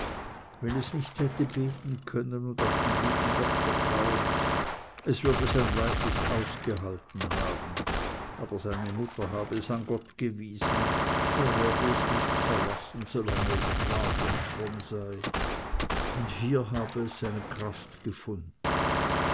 wenn es nicht hätte beten können und auf den lieben gott vertrauen es würde sein leid nicht ausgehalten haben aber seine mutter habe es an gott gewiesen der werde es nicht verlassen solange es brav und fromm sei und hier habe es seine kraft gefunden